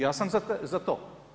Ja sam za to.